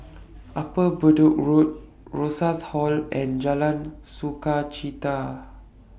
Upper Bedok Road Rosas Hall and Jalan Sukachita